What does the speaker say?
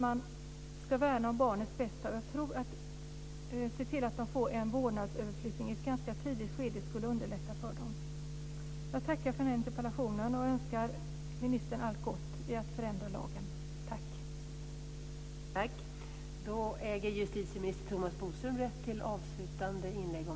Man ska värna om barnets bästa och se till att det sker en vårdnadsöverflyttning i ett ganska tidigt skede, det skulle underlätta för barnet. Jag tackar för den här interpellationsdebatten och önskar ministern allt gott i arbetet med att förändra lagen.